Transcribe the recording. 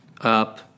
up